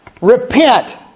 repent